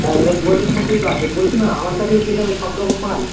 হ্যাঁ এটা দুহাজারের মধ্যেই তো আছে বলছি না আমার কাছেই পেয়ে যাবে সব রকম মাল